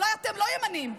אולי אתם לא ימנים,